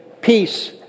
peace